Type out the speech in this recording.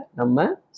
nama